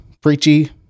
preachy